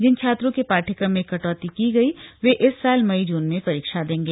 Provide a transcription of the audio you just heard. जिन छात्रों के पाठ्यक्रम में कटौती की गई वे इस साल मई जून में परीक्षा देंगे